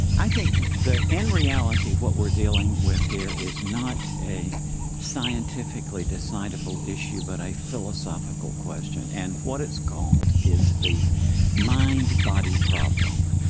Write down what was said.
i think the end reality, what we're dealing with here is not a scientifically decidable issue, but a philosophical question. and what it's called is the mind-body problem,